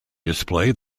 display